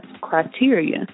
criteria